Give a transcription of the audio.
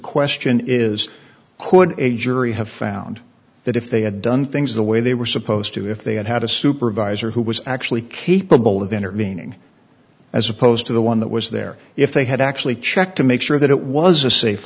question is could a jury have found that if they had done things the way they were supposed to if they had had a supervisor who was actually capable of intervening as opposed to the one that was there if they had actually checked to make sure that it was a safe